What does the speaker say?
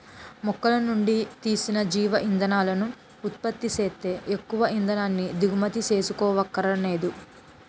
మొక్కలనుండి తీసిన జీవ ఇంధనాలను ఉత్పత్తి సేత్తే ఎక్కువ ఇంధనాన్ని దిగుమతి సేసుకోవక్కరనేదు